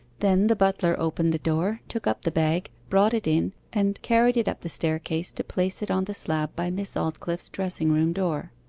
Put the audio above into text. then the butler opened the door, took up the bag, brought it in, and carried it up the staircase to place it on the slab by miss aldclyffe's dressing-room door.